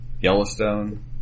Yellowstone